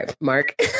Mark